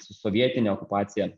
su sovietine okupacija